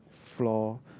floor